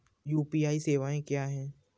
UPI सवायें क्या हैं?